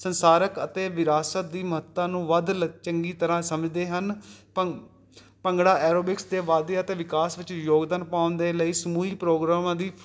ਸੰਸਾਰਕ ਅਤੇ ਵਿਰਾਸਤ ਦੀ ਮਹੱਤਤਾ ਨੂੰ ਵੱਧ ਲ ਚੰਗੀ ਤਰ੍ਹਾਂ ਸਮਝਦੇ ਹਨ ਭੰਗ ਭੰਗੜਾ ਐਰੋਬਿਕਸ ਦੇ ਵਾਧੇ ਅਤੇ ਵਿਕਾਸ ਵਿੱਚ ਯੋਗਦਾਨ ਪਾਉਣ ਦੇ ਲਈ ਸਮੂਹਿਕ ਪ੍ਰੋਗਰਾਮਾਂ ਦੀ